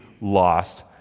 lost